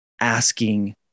asking